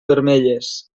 vermelles